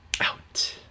out